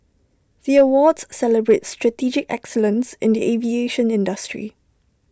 the awards celebrate strategic excellence in the aviation industry